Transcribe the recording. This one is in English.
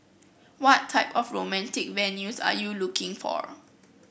what type of romantic venues are you looking for